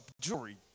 jury